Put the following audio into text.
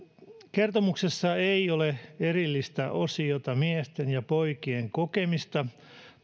kertomuksessa ei ole erillistä osiota miesten ja poikien kokemista